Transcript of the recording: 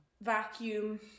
Vacuum